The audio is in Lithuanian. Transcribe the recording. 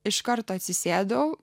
iš karto atsisėdau